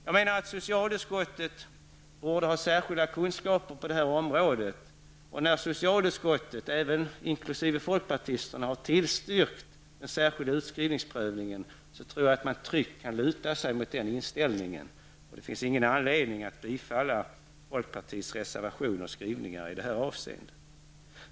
Jag menar att socialutskottet borde ha särskilda kunskaper på detta område. När socialutskottet, även inkl. folkpartisterna, har tillstyrkt den särskilda utskrivningsprövningen, anser jag att man tryggt kan luta sig mot den inställningen. Det finns därför ingen anledning att bifalla fokpartiets reservation och skrivningar i detta avseende.